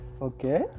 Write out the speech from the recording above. Okay